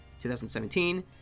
2017